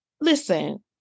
listen